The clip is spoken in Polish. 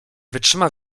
wytrzyma